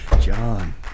John